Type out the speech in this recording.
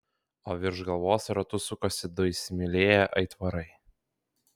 o virš galvos ratu sukosi du įsimylėję aitvarai